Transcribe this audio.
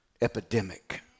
epidemic